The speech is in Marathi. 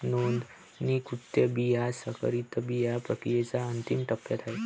नोंदणीकृत बिया संकरित बिया प्रक्रियेच्या अंतिम टप्प्यात आहेत